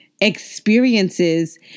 experiences